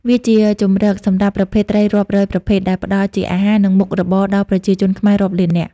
វាជាជម្រកសម្រាប់ប្រភេទត្រីរាប់រយប្រភេទ ដែលផ្តល់ជាអាហារ និងមុខរបរដល់ប្រជាជនខ្មែររាប់លាននាក់។